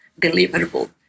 deliverable